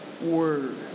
word